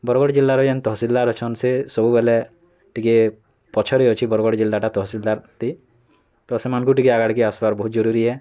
ବରଗଡ଼ ଜିଲ୍ଲାରେ ଯେନ୍ ତହସିଲଦାର୍ ଅଛନ୍ ସିଏ ସବୁବେଲେ ଟିକେ ପଛରେ ଅଛି ବରଗଡ଼ ଜିଲ୍ଲାଟା ତହସିଲଦାର୍ ଥି ତ ସେମାନଙ୍କୁ ଟିକେ ଆଗାଡ଼ କେ ଆସିବାର୍ ବହୁତ ଜରୁରୀ ଏ